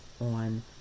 on